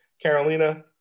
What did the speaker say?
carolina